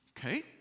Okay